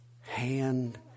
hand